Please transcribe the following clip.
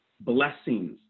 blessings